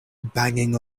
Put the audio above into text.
banging